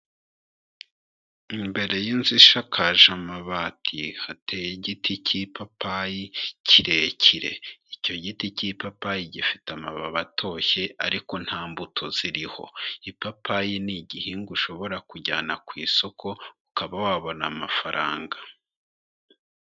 Imbere y'inzu ishakaje amabati hateye igiti cy'ipapayi kirekire. Icyo giti cy'ipapayi gifite amababi atoshye ariko nta mbuto ziriho. Ipapayi ni igihingwa ushobora kujyana ku isoko ukaba wabona amafaranga.